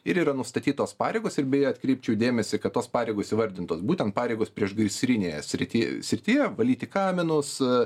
ir yra nustatytos pareigos ir beje atkreipčiau dėmesį kad tos pareigos įvardintos būtent pareigos priešgaisrinėje srityje srityje valyti kaminus a